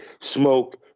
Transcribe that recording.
Smoke